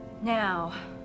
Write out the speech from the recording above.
Now